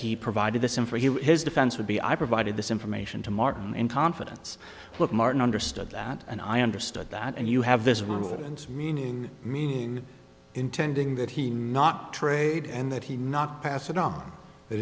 he provided this in for he his defense would be i provided this information to martin in confidence look martin understood that and i understood that and you have this woman's meaning mean intending that he not trade and that he not pass it on that